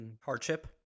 Hardship